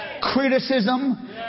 criticism